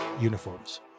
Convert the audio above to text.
uniforms